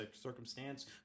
circumstance